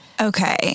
Okay